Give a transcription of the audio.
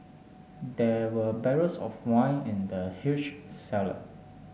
there were barrels of wine in the huge cellar